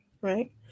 right